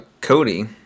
Cody